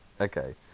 Okay